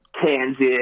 kansas